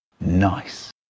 Nice